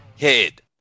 head